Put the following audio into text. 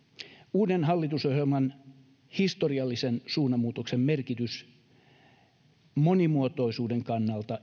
uuden hallitusohjelman historiallisen suunnanmuutoksen merkitys monimuotoisuuden kannalta